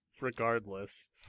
regardless